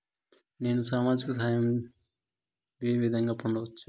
నేను సామాజిక సహాయం వే విధంగా పొందొచ్చు?